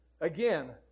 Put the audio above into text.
Again